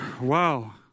Wow